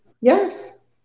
Yes